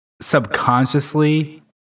subconsciously